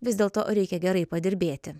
vis dėlto reikia gerai padirbėti